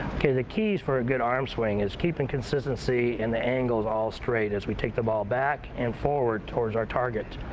okay, the keys for a good arms swing is keeping consistency and the angles all straight as we take the ball back and forward towards our target.